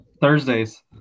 Thursdays